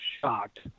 shocked